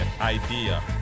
idea